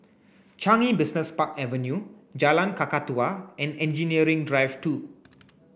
Changi Business Park Avenue Jalan Kakatua and Engineering Drive two